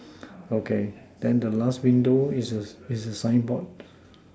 okay then the last window is a is a signboard